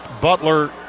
Butler